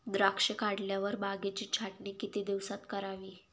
द्राक्षे काढल्यावर बागेची छाटणी किती दिवसात करावी?